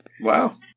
Wow